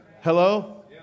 Hello